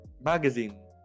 magazine